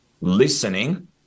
listening